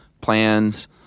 plans